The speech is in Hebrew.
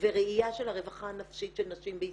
וראייה של הרווחה הנפשית של נשים בישראל.